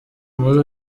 muri